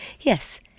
Yes